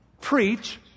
preach